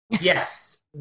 Yes